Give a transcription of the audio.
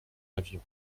avion